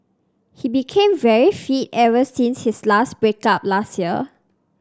he became very fit ever since his last break up last year